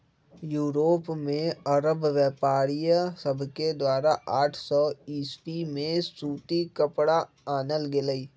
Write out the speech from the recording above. Europe में अरब व्यापारिय सभके द्वारा आठ सौ ईसवी में सूती कपरा आनल गेलइ